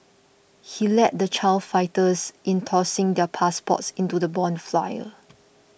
he led the child fighters in tossing their passports into the bonfire